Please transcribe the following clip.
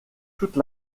toute